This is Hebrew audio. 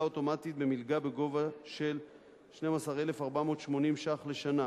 אוטומטית במלגה בגובה של 12,480 ש"ח לשנה,